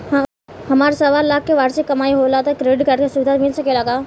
हमार सवालाख के वार्षिक कमाई होला त क्रेडिट कार्ड के सुविधा मिल सकेला का?